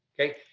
Okay